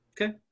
Okay